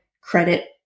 credit